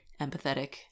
empathetic